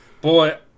boy